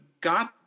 got